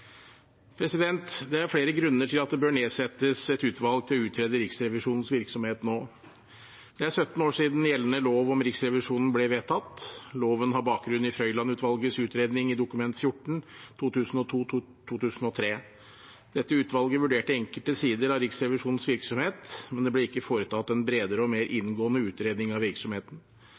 Det er flere grunner til at det bør nedsettes et utvalg til å utrede Riksrevisjonens virksomhet nå. Det er 17 år siden gjeldende lov om Riksrevisjonen ble vedtatt. Loven har bakgrunn i Frøiland-utvalgets utredning i Dokument nr. 14 for 2002–2003. Dette utvalget vurderte enkelte sider av Riksrevisjonens virksomhet, men det ble ikke foretatt en bredere og mer inngående utredning av virksomheten.